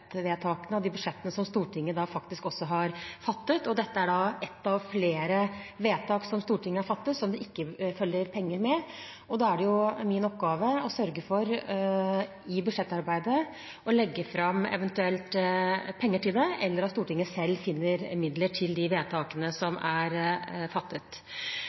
et av flere vedtak som Stortinget har fattet, som det ikke følger penger med. Da er det min oppgave i budsjettarbeidet å sørge for å legge fram eventuelt penger til det eller at Stortinget selv finner midler til de vedtakene som er fattet.